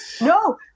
no